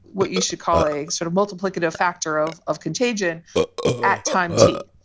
what you should call a sort of multiplicative factor of of contagion at time t.